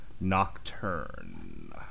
Nocturne